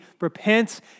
repent